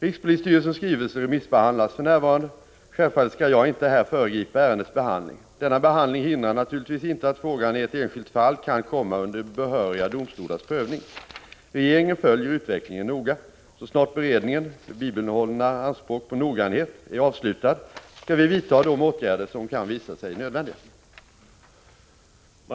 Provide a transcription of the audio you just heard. Rikspolisstyrelsens skrivelse remissbehandlas för närvarande. Självfallet skall jag inte här föregripa ärendets behandling. Denna behandling hindrar naturligtvis inte att frågan i ett enskilt fall kan komma under behöriga domstolars prövning. Regeringen följer utvecklingen noga. Så snart beredningen — med bibehållna anspråk på noggrannhet — är avslutad, skall vi vidta de åtgärder som kan visa sig nödvändiga.